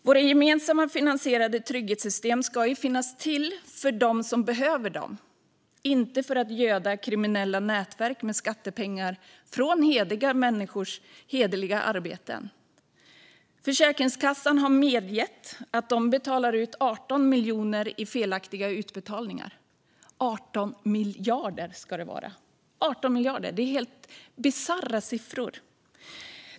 Våra gemensamt finansierade trygghetssystem ska finnas till för dem som behöver dem, inte för att göda kriminella nätverk med skattepengar från hederliga människors arbete. Försäkringskassan har medgett att de betalar ut 18 miljarder i felaktiga utbetalningar - det är en helt bisarr siffra.